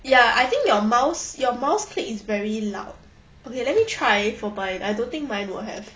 ya I think your mouse your mouse click is very loud okay let me try for mine I don't think mine will have